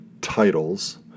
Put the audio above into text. titles